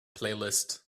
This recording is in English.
playlist